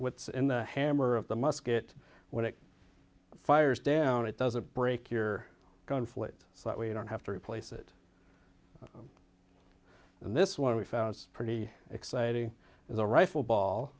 what's in the hammer of the musket when it fires down it doesn't break your conflict so that we don't have to replace it and this one we found was pretty exciting as a rifle ball